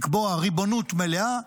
לקבוע ריבונות מלאה,